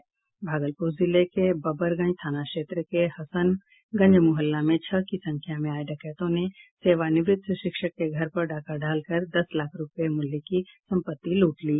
भागलपुर जिले के बबरगंज थाना क्षेत्र के हसनगंज मुहल्ला में छह की संख्या में आये डकैतों ने सेवानिवृत शिक्षक के घर पर डाका डालकर दस लाख रूपये मूल्य की संपत्ति लूट ली